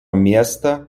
miestą